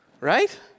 Right